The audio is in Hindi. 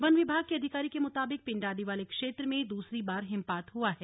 वन विभाग के अधिकारी के मुताबिक पिंडारी वाले क्षेत्र में दूसरी बार हिमपात हुआ है